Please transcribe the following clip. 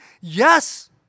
Yes